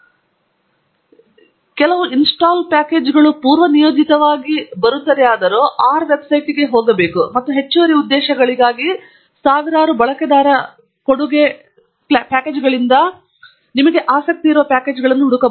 ವಾಸ್ತವವಾಗಿ ಆರ್ ಬಗ್ಗೆ ಒಳ್ಳೆಯದು ಅದು ಬರುತ್ತದೆ ಇದು ಕೆಲವು ಇನ್ಸ್ಟಾಲ್ ಪ್ಯಾಕೇಜುಗಳನ್ನು ಪೂರ್ವನಿಯೋಜಿತವಾಗಿ ಬರುತ್ತದೆಯಾದರೂ ಆರ್ ವೆಬ್ಸೈಟ್ಗೆ ಹೋಗಬಹುದು ಮತ್ತು ಹೆಚ್ಚುವರಿ ಉದ್ದೇಶಗಳಿಗಾಗಿ ಸಾವಿರಾರು ಬಳಕೆದಾರರ ಕೊಡುಗೆ ಪ್ಯಾಕೇಜ್ಗಳಿಂದ ಆಸಕ್ತಿಯ ಪ್ಯಾಕೇಜ್ಗಳನ್ನು ಹುಡುಕಬಹುದು